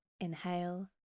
inhale